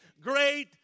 great